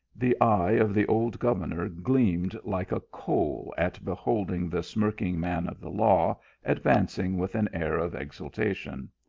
the eye of the old governor gleamed like a coal at beholding the smirking man of the law advancing with an air of exultation.